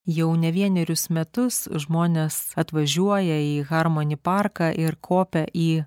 jau ne vienerius metus žmonės atvažiuoja į harmoni parką ir kopia į